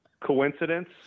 Coincidence